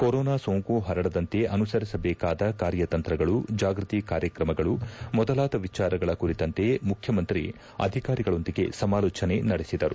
corona ಸೋಂಕು ಪರಡದಂತೆ ಅನುಸರಿಸಬೇಕಾದ ಕಾರ್ಯತಂತ್ರಗಳು ಜಾಗ್ಟತಿ ಕಾರ್ಯಕ್ರಮಗಳ ಮೊದಲಾದ ವಿಚಾರಗಳ ಕುರಿತಂತೆ ಮುಖ್ಯಮಂತ್ರಿ ಅಧಿಕಾರಿಗಳೊಂದಿಗೆ ಸಮಾಲೋಚನೆ ನಡೆಸಿದರು